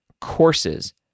courses